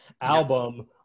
album